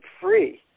free